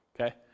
okay